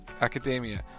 Academia